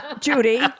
Judy